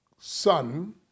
son